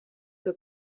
que